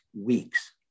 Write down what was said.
weeks